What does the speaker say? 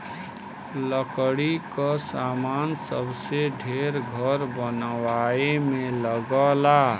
लकड़ी क सामान सबसे ढेर घर बनवाए में लगला